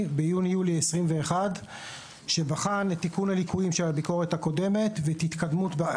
יוני-יולי 2021 שבחן את תיקון הליקויים שהביקורת הקודמת העלתה ואת